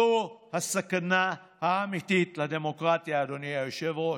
זו הסכנה האמיתית לדמוקרטיה, אדוני היושב-ראש.